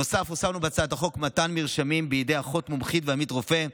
נוסף בהצעת החוק מתן מרשמים בידי אחות מומחית ועמית רופא.